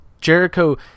Jericho